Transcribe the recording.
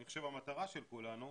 אני חושב, המטרה של כולנו,